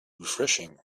refreshing